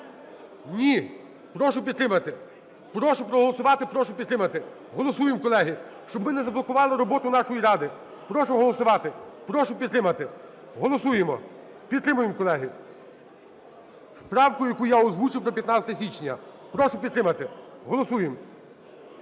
Ні. Прошу підтримати. Прошу проголосувати, прошу підтримати. Голосуємо, колеги, щоб ми не заблокували роботу нашої Ради. Прошу голосувати, прошу підтримати. Голосуємо. Підтримуємо, колеги, з правкою, яку я озвучив про 15 січня. Прошу підтримати, голосуємо.